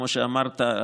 כמו שאמרת,